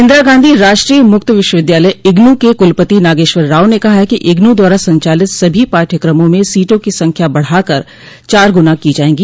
इंदिरा गांधी राष्ट्रीय मुक्त विश्वविद्यालय इग्नू के कुलपति नागेश्वर राव ने कहा है कि इग्नू द्वारा संचालित सभी पाठ्यक्रमों में सीटों की संख्या बढाकर चार गुना की जायेगी